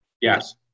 Yes